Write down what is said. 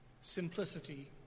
simplicity